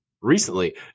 recently